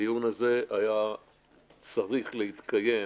הדיון הזה היה צריך להתקיים